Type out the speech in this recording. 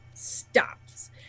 Stops